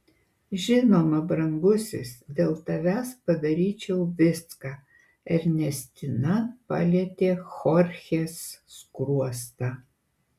žinoma brangusis dėl tavęs padaryčiau viską ernestina palietė chorchės skruostą